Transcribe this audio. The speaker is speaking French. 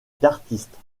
d’artistes